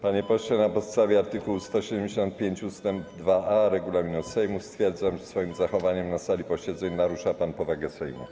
Panie pośle, na podstawie art. 175 ust. 2a regulaminu Sejmu stwierdzam, iż swoim zachowaniem na sali posiedzeń narusza pan powagę Sejmu.